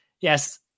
yes